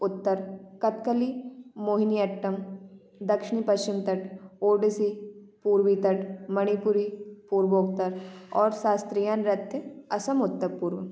उतर कथकली मोहिनीअट्टम दक्षिणी पश्चिम तट ओडिसी पूर्वी तट मणिपुरी पूर्वोतर और शास्त्रीय नृत्य असम उत्तर पूर्व